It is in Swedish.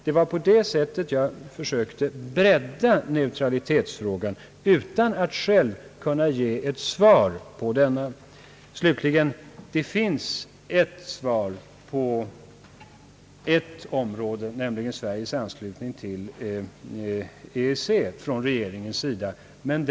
Det var på det sättet jag försökte bredda neutralitetsfrågan. Det kanske dock finns från regeringen ett svar på ett område, nämligen i fråga om Sveriges anslutning till EEC.